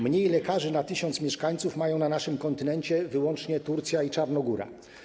Mniej lekarzy na 1 tys. mieszkańców mają na naszym kontynencie wyłącznie Turcja i Czarnogóra.